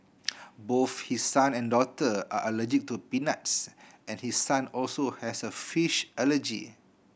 both his son and daughter are allergic to peanuts and his son also has a fish allergy